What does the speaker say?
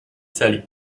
celi